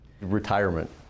Retirement